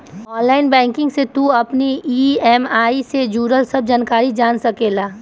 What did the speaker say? online banking से तू अपनी इ.एम.आई जे जुड़ल सब जानकारी जान सकेला